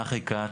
נחי כץ,